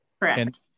Correct